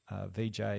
VJ